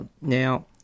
now